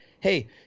Hey